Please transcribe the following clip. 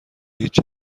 هیچ